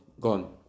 Gone